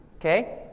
Okay